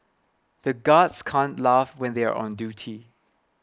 the guards can't laugh when they are on duty